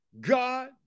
God